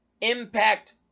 impact